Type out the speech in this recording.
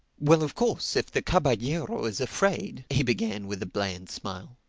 well, of course if the caballero is afraid he began with a bland smile.